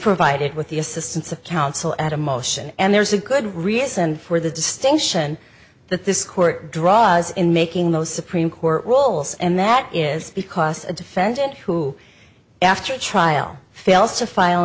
provided with the assistance of counsel at a motion and there's a good reason for the distinction that this court draws in making those supreme court rules and that is because a defendant who after a trial fails to file